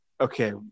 okay